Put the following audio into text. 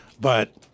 But-